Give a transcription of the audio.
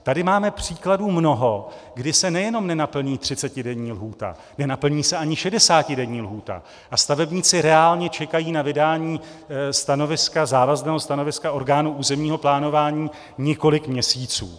Tady máme mnoho příkladů, kdy se nejenom nenaplní třicetidenní lhůta, nenaplní se ani šedesátidenní lhůta a stavebníci reálně čekají na vydání závazného stanoviska orgánů územního plánování několik měsíců.